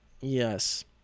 yes